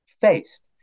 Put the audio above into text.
faced